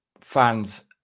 fans